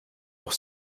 auch